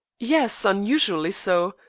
yes, unusually so.